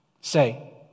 say